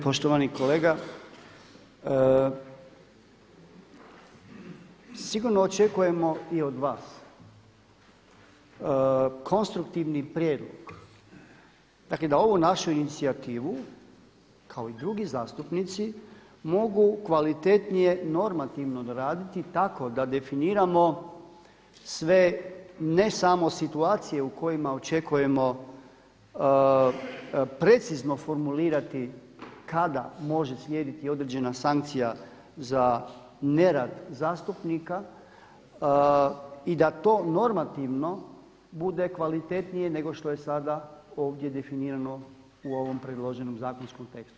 Poštovani kolega, sigurno očekujemo i od vas konstruktivni prijedlog, dakle da ovu našu inicijativu kao i drugi zastupnici mogu kvalitetnije normativno doraditi tako da definiramo sve ne samo situacije u kojima očekujemo precizno formulirati kada može slijediti određena sankcija za nerad zastupnika i da to normativno bude kvalitetnije nego što je sada ovdje definirano u ovom predloženom zakonskom tekstu.